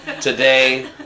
Today